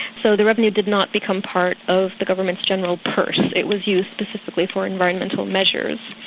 so the revenue did not become part of the government's general purse, it was used specifically for environmental measures.